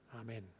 Amen